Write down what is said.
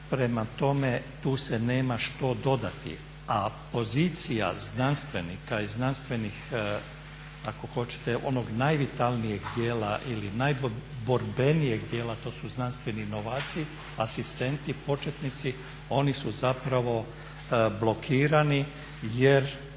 Prema tome, tu se nema što dodati. A pozicija znanstvenika i znanstvenih ako hoćete onoj najvitalnijeg dijela ili najborbenijeg modela to su znanstveni novaci, asistenti početnici, oni su blokirani jer